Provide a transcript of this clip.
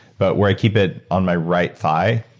but where i keep it on my right thigh.